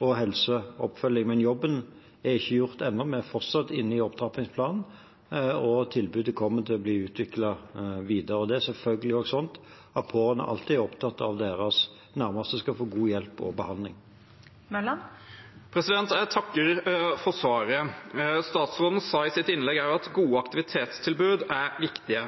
og helseoppfølging. Men jobben er ikke gjort ennå. Vi er fortsatt i opptrappingsplanen, og tilbudet kommer til å bli utviklet videre. Det er selvfølgelig også slik at pårørende alltid er opptatt av at deres nærmeste skal få god hjelp og behandling. Jeg takker for svaret. Statsråden sa i sitt innlegg også at gode aktivitetstilbud er viktig.